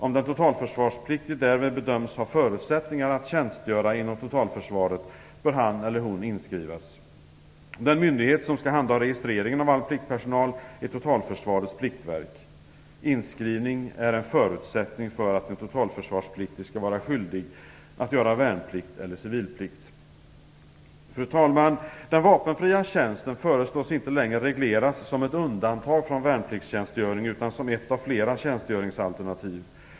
Om den totalförsvarspliktige därvid bedöms ha förutsättningar att tjänstgöra inom totalförsvaret bör han eller hon inskrivas. Den myndighet som skall handha registreringen av all pliktpersonal är Totalförsvarets pliktverk. Inskrivning är en förutsättning för att en totalförsvarspliktig skall vara skyldig att göra värnplikt eller civilplikt. Fru talman! Den vapenfria tjänsten föreslås inte längre regleras som ett undantag från värnpliktstjänstgöring utan som ett av flera tjänstgöringsalternativ.